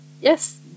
Yes